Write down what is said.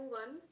one